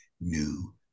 new